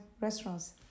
restaurants